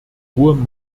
hohem